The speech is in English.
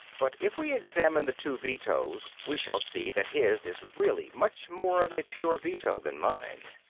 but if we examine the two vetoes we shall see that his is really much more of a pure veto than mine.